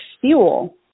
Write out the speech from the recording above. fuel